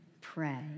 pray